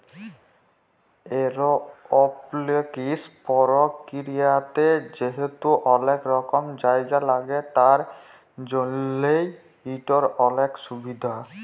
এরওপলিকস পরকিরিয়াতে যেহেতু অলেক কম জায়গা ল্যাগে তার জ্যনহ ইটর অলেক সুভিধা